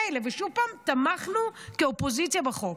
מילא, עוד פעם תמכנו כאופוזיציה בחוק.